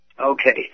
Okay